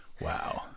Wow